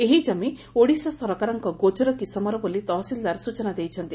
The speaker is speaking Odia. ଏହି କମି ଓଡ଼ିଶା ସରକାରଙ୍କ ଗୋଚର କିସମର ବୋଲି ତହସିଲଦାର ସୂଚନା ଦେଇଛନ୍ତି